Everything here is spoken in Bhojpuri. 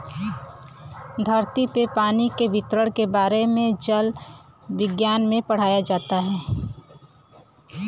धरती पे पानी के वितरण के बारे में जल विज्ञना में पढ़ावल जाला